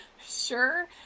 sure